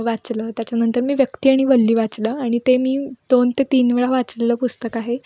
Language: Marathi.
वाचलं त्याच्यानंतर मी व्यक्ती आणि वल्ली वाचलं आणि ते मी दोन ते तीन वेळा वाचलेलं पुस्तक आहे